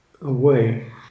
away